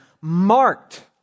marked